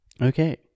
Okay